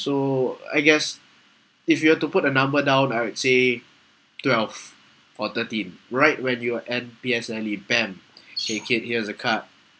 so I guess if you have to put a number down I would say twelve or thirteen right when you're end P_S_L_E bam !hey! kid here's a card